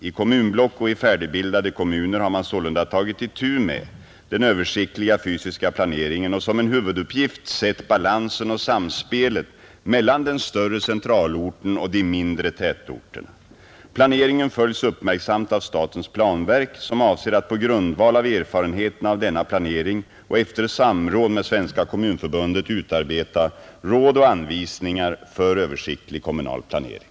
I kommunblock och i färdigbildade kommuner har man sålunda tagit itu med den översiktliga fysiska planeringen och som en huvuduppgift sett balansen och samspelet mellan den större centralorten och de mindre tätorterna. Planeringen följs uppmärksamt av statens planverk, som avser att på grundval av erfarenheterna av denna planering och efter samråd med Svenska kommunförbundet utarbeta råd och anvisningar för översiktlig kommunal planering.